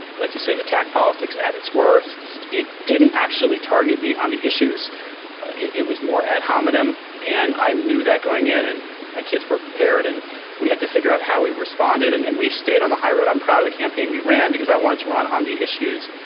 like, you say, attack politics at its worst. it didn't actually target me on the issues it it was more ad hominem. and i knew that going in and my kids were prepared and we had to figure out how we responded and and we stayed on the high road. i'm proud of the campaign we ran because i wanted to run on the issues.